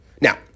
Now